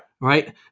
Right